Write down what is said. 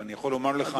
ואני יכול לומר לך,